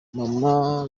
mama